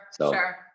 Sure